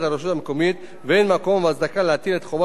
ואין מקום והצדקה להטיל את חובת ביצועו על משרד הפנים.